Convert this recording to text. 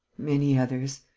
many others,